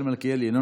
אנחנו